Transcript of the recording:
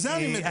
על זה אני מדבר.